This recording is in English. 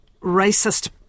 racist